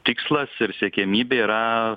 tikslas ir siekiamybė yra